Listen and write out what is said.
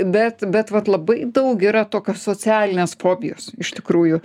bet bet vat labai daug yra tokios socialinės fobijos iš tikrųjų